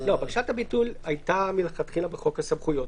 בקשת הביטול הייתה מלכתחילה בחוק הסמכויות.